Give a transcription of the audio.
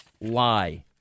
lie